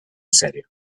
serio